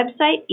website